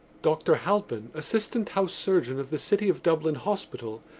dr. halpin, assistant house surgeon of the city of dublin hospital,